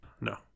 no